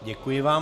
Děkuji vám.